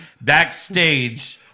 backstage